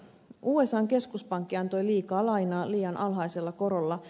usan keskuspankki antoi liikaa lainaa liian alhaisella korolla